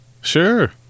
Sure